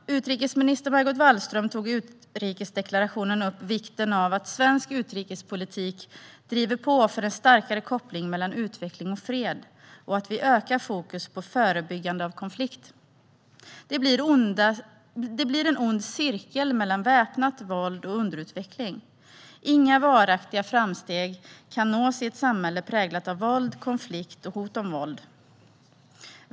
Utrikesminister Margot Wallström tog i utrikesdeklara-tionen upp vikten av att svensk utrikespolitik driver på för en starkare koppling mellan utveckling och fred, och att vi ökar vårt fokus på förebyggande av konflikt. Det blir en ond cirkel mellan väpnat våld och underutveckling. Inga varaktiga framsteg kan nås i ett samhälle präglat av våld, konflikt och hot om våld.